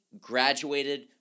graduated